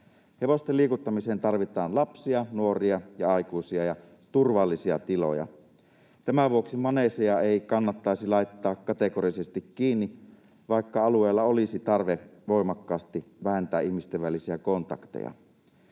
Hevosten liikuttamiseen tarvitaan lapsia, nuoria ja aikuisia ja turvallisia tiloja. Tämän vuoksi maneeseja ei kannattaisi laittaa kategorisesti kiinni, vaikka alueella olisi tarve voimakkaasti vähentää ihmisten välisiä kontakteja.